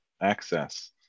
access